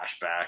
flashback